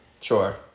Sure